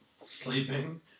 sleeping